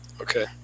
Okay